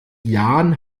jahren